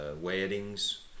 weddings